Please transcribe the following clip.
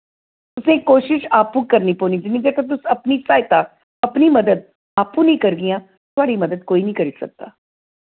तुसें कोशश आपू करनी पौनी जिन्नी देर तक तुस अपनी स्हायता अपनी मदद आपू नेईं करगियां थोआढ़ी मदद कोई निं करी सकदा